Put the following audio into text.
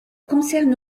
concerne